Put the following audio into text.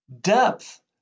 depth